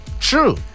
True